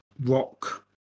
rock